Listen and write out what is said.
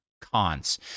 Cons